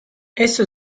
esso